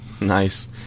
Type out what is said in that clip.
Nice